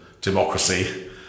democracy